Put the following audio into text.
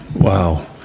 wow